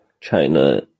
China